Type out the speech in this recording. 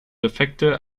defekte